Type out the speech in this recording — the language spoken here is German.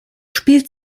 spielt